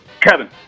Kevin